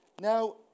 Now